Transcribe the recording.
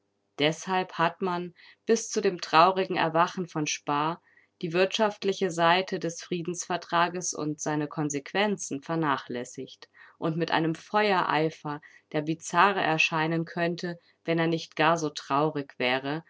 deshalb hat man bis zu dem traurigen erwachen von spaa die wirtschaftliche seite des friedensvertrages und seine konsequenzen vernachlässigt und mit einem feuereifer der bizarr erscheinen könnte wenn er nicht gar so traurig wäre